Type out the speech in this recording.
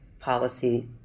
policy